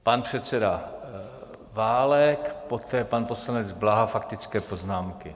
Pan předseda Válek, poté pan poslanec Bláha, faktické poznámky.